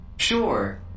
Sure